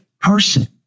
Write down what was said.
person